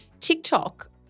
TikTok